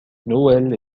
noël